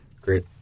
Great